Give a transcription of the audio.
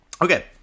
Okay